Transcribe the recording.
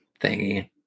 thingy